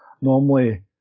normally